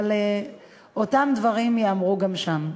אבל אותם דברים ייאמרו גם שם.